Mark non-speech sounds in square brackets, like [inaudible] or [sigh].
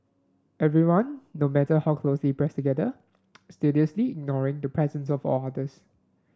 everyone no matter how closely pressed together [noise] studiously ignoring the presence of all others